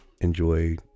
enjoy